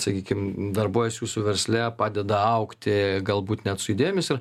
sakykim darbuojasi jūsų versle padeda augti galbūt net su idėjomis ir